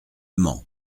mans